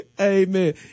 Amen